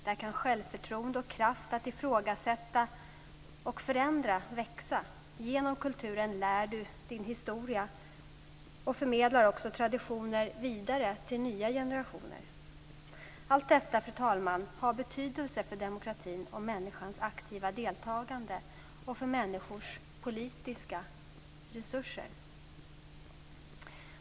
Där kan självförtroende och kraft att ifrågasätta och förändra växa. Genom kulturen lär du din historia och förmedlar också traditioner vidare till nya generationer. Allt detta, fru talman, har betydelse för demokratin och människans aktiva deltagande och för människors politiska resurser.